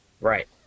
Right